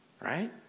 Right